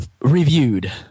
reviewed